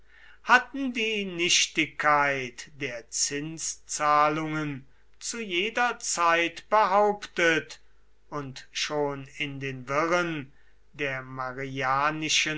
hatten die nichtigkeit der zinszahlungen zu jeder zeit behauptet auch schon in den wirren der